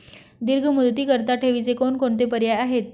दीर्घ मुदतीकरीता ठेवीचे कोणकोणते पर्याय आहेत?